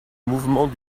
mouvement